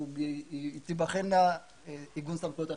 תיבחן סמכויות היחידה.